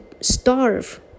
starve